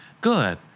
good